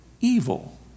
evil